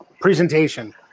presentation